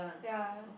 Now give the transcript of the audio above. ya